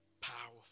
powerful